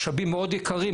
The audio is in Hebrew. משאבים מאוד יקרים.